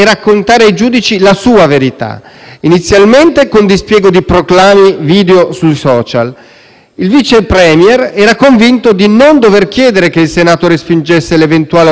il Vice *Premier* era convinto di non dover chiedere che il Senato respingesse l'eventuale autorizzazione a procedere sul caso Diciotti. Così all'inizio diceva di voler fare Matteo Salvini